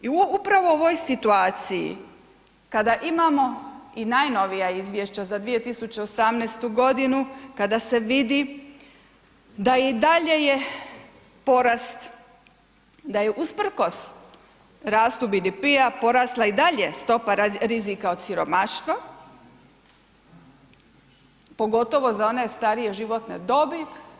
I upravo u ovoj situaciji kada imamo i najnovija izvješća za 2018. godinu kada se vidi da i dalje je porast, da je usprkos rastu BDP-a porasla i dalje stopa rizika od siromaštva, pogotovo za one starije životne dobi.